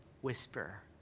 whisper